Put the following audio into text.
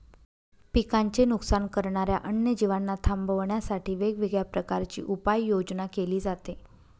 पिकांचे नुकसान करणाऱ्या अन्य जीवांना थांबवण्यासाठी वेगवेगळ्या प्रकारची उपाययोजना केली जाते